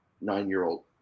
nine-year-old